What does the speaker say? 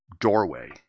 doorway